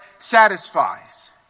satisfies